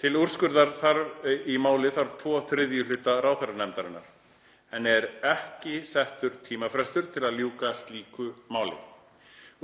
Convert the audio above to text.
Til úrskurðar í máli þarf tvo þriðju hluta ráðherranefndarinnar. Henni er ekki settur tímafrestur til að ljúka slíku máli.